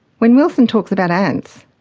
when wilson talks about ants,